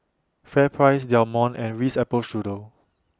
FairPrice Del Monte and Ritz Apple Strudel